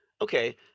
okay